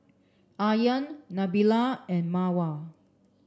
Aryan Nabila and Mawar